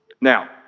Now